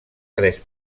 tres